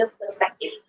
perspective